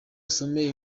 usome